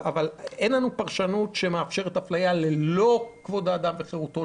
אבל אין לנו פרשנות שמאפשרת אפליה ל-לא כבוד האדם וחירותו,